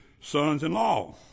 sons-in-law